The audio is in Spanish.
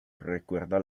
recuerda